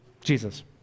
Jesus